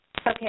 Okay